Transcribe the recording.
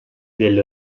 delle